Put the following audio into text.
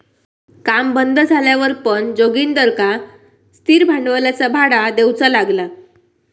काम बंद झाल्यावर पण जोगिंदरका स्थिर भांडवलाचा भाडा देऊचा लागला